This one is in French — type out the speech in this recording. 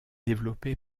développé